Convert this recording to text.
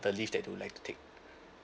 the leave that they would like to take